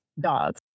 dogs